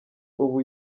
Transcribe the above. ubu